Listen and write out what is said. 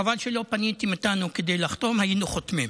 חבל שלא פניתם אלינו כדי לחתום, היינו חותמים.